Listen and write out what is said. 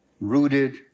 Rooted